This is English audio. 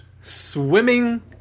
Swimming